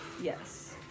Yes